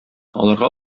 аларга